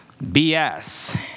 BS